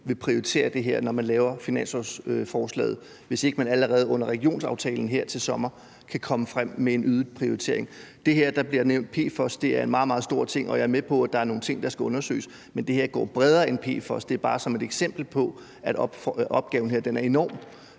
vil prioritere det her, når man laver finanslovsforslaget, hvis ikke man allerede under regionsaftalen her til sommer kan komme med en øget prioritering. Der bliver nævnt PFOS, og det er en meget, meget stor ting. Og jeg er med på, at der er nogle ting, der skal undersøges, men det her går bredere end PFOS. Det er bare som et eksempel på, at opgaven her er enorm;